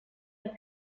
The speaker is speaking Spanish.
los